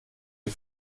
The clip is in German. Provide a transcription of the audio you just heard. die